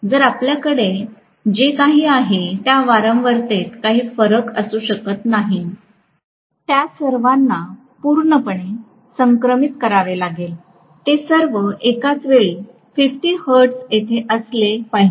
तर आपल्याकडे जे काही आहे त्या वारंवारतेत काही फरक असू शकत नाही त्या सर्वांना पूर्णपणे संक्रमित करावे लागेल ते सर्व एकाच वेळी 50 हर्ट्ज येथे असले पाहिजेत